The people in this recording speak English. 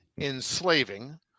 enslaving